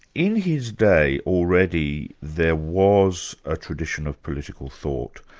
in his day already there was a tradition of political thought,